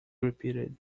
repeated